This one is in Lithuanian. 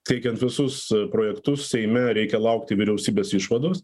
teikian visus projektus seime reikia laukti vyriausybės išvados